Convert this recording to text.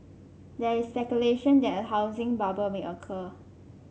there is speculation that a housing bubble may occur